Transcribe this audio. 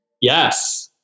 Yes